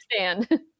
understand